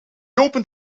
opened